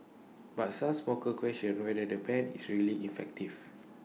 but some smokers question whether the ban is really effective